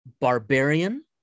barbarian